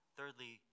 Thirdly